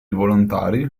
volontari